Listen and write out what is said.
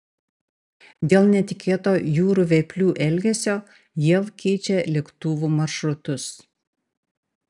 dėl netikėto jūrų vėplių elgesio jav keičia lėktuvų maršrutus